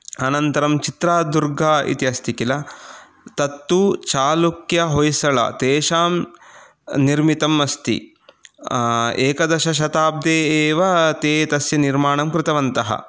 अनन्तरं चित्रा दुर्गा इति अस्ति किल तत्तु चालुक्य होय्सला तेषां निर्मितम् अस्ति एकदशशताब्दे एव ते तस्य निर्माणं कृतवन्तः